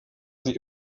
sie